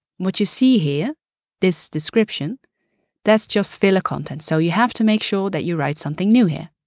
what you see here this description that's just filler content, so you have to make sure that you write something new here.